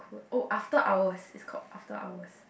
oh after hours is called after hours